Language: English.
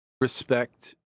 respect